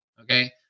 Okay